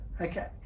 okay